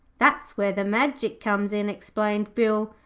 that's where the magic comes in explained bill.